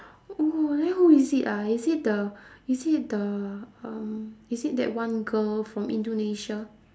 oh then who is it ah is it the is it the um is it that one girl from indonesia